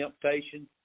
temptation